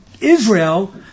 Israel